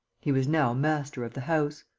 he was now master of the house.